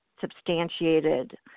substantiated